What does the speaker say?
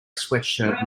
sweatshirt